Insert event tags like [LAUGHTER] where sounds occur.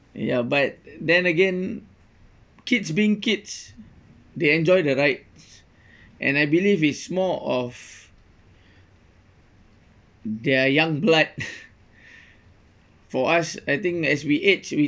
ya but then again kids being kids they enjoy the rides and I believe it's more of their young blood [LAUGHS] for us I think as we age we